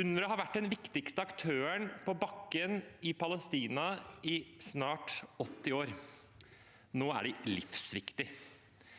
UNRWA har vært den viktigste aktøren på bakken i Palestina i snart 80 år. Nå er de livsviktige.